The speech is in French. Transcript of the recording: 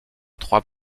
trois